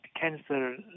cancer